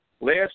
last